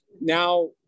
now